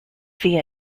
via